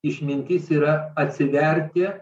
išmintis yra atsiverti